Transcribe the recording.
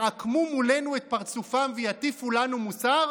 יעקמו מולנו את פרצופם ויטיפו לנו מוסר?